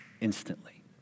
instantly